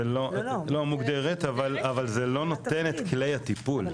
זה לא, לא מוגדרת, אבל זה לא נותן את כלי הטיפול.